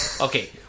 Okay